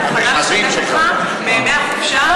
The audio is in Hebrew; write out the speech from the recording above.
אני מוכנה לשתף אותך בימי החופשה,